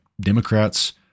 Democrats